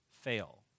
fail